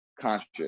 conscious